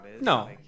No